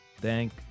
Thank